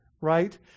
right